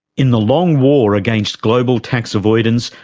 in the long war against global tax avoidance,